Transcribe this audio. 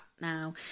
now